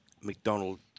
McDonald